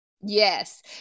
yes